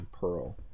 Pearl